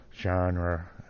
genre